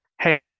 hey